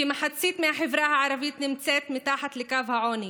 כמחצית מהחברה הערבית נמצאת מתחת לקו העוני,